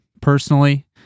personally